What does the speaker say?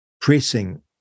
pressing